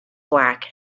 black